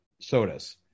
sodas